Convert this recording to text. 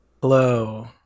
Hello